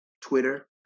Twitter